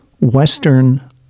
Western